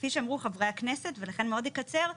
כפי שאמרו חברי הכנסת ולכן מאוד אקצר,